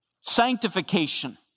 sanctification